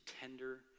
tender